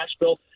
Nashville